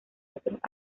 otros